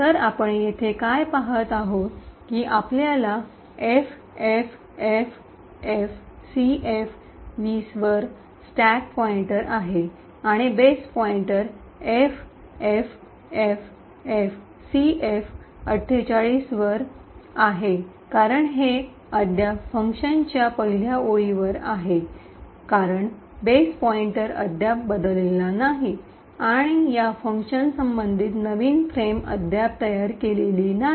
तर आपण येथे काय पहात आहोत की आपल्याकडे एफएफएफएफसीएफ२० वर स्टॅक पॉईंटर आहे आणि बेस पॉईंटर एफएफएफएफसीएफ४८ वर आहे कारण हे अद्याप फंक्शनच्या पहिल्या ओळीवर आहे कारण बेस पॉईंटर अद्याप बदललेला नाही आणि या फंक्शन संबंधित नवीन फ्रेम अद्याप तयार केलेले नाही